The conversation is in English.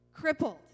Crippled